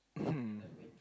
mmhmm